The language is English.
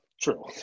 true